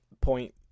point